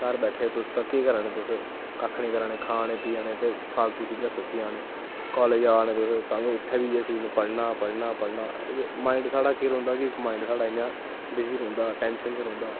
घर बैठे दे तुस तां केह् करा ने तुस कक्ख नी करा ने खा ने पिया ने ते फालतू चीजां सोची जाने ने कालेज़ जा ने तुस उत्थें बी उऐ चीज़ ना पढ़ना माईड़ इयां रौंह्दा कि माईंड़ साढ़ा बिज़ी रौंह्दा टैंशन च रौंह्दा